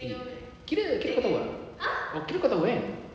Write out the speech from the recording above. mm kira kira kau tahu ah oh kira kau tahu kan